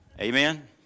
Amen